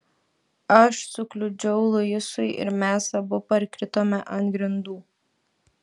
aš sukliudžiau luisui ir mes abu parkritome ant grindų